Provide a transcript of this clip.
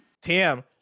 Tam